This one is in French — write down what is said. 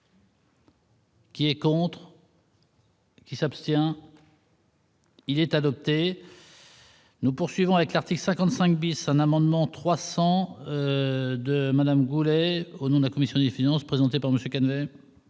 Qui est contre. Qui s'abstient. Il est adopté. Nous poursuivons avec l'article 55 bis, un amendement 300 de Madame Goulet, au nom de la commission des finances présenté par monsieur